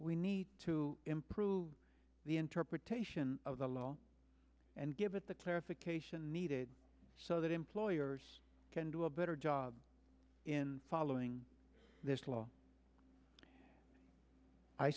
we need to improve the interpretation of the law and give it the clarification needed so that employers can do a better job in following th